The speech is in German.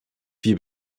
wir